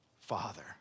Father